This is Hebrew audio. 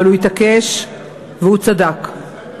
אבל הוא התעקש והוא צדק.